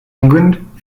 england